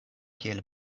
kiel